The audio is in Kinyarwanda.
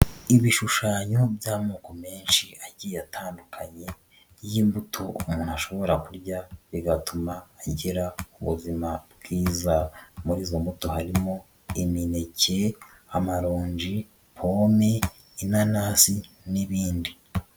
Ibishushanyo by'amoko menshi agiye atandukanye y'imbuto umuntu ashobora kurya bigatuma agira ubuzima bwiza, muri izo moto harimo imineke, amaronji, pome inanasi n'ibindi.